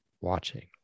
watching